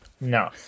No